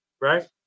right